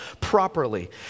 properly